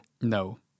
No